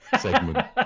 segment